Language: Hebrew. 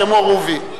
כמו רובי.